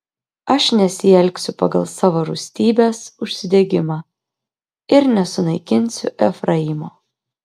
aš nesielgsiu pagal savo rūstybės užsidegimą ir nesunaikinsiu efraimo